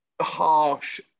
harsh